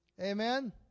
Amen